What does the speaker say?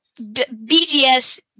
BGS